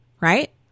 right